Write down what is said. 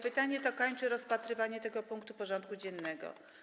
Pytanie to kończy rozpatrywanie tego punktu porządku dziennego.